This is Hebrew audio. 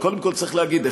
אבל קודם כל צריך להגיד,